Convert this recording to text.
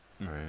right